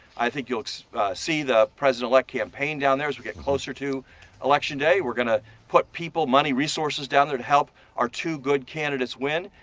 i think you'll see the president-elect campaign down there as we get closer to election day. we're going to put people, money, resources down there to help. our two good candidates win.